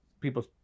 people